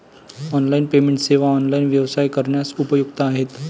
online payment सेवा online व्यवसाय करण्यास उपयुक्त आहेत